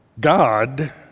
God